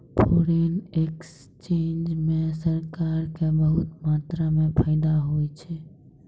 foreign exchange म सरकार क बहुत मात्रा म फायदा होय छै